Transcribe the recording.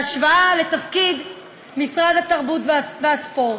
בהשוואה לתפקיד משרד התרבות והספורט.